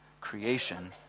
creation